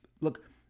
look